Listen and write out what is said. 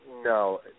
No